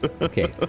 Okay